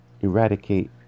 eradicate